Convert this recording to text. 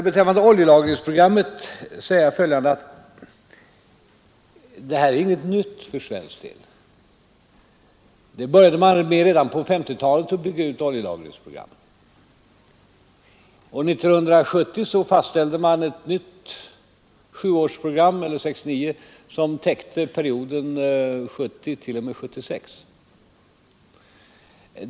Beträffande oljelagringsprogrammet vill jag säga, att det inte är någonting nytt för svensk del. Redan på 1950-talet började man bygga ut ett oljelagringsprogram. År 1969 fastställde man ett nytt sjuårsprogram, som täckte perioden 1970-1976.